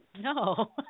no